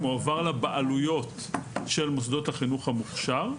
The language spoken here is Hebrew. מועבר לבעלויות של מוסדות החינוך המוכשר.